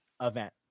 event